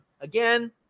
again